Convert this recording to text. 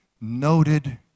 noted